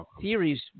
theories